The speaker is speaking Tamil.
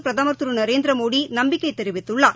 பிரதமர் திரு நரேந்திரமோடி நம்பிக்கை தெரிவித்துள்ளார்